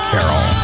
Carol